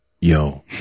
yo